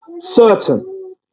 certain